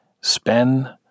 spend